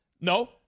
No